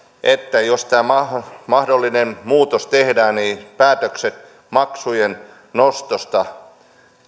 että jos tämä mahdollinen mahdollinen muutos tehdään niin päätökset maksujen nostosta